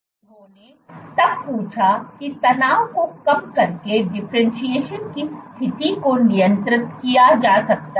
उन्होंने तब पूछा कि तनाव को कम करके डिफरेंटशिएशन की स्थिति को नियंत्रित किया जा सकता है